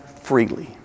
freely